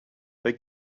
they